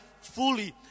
fully